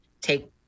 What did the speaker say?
take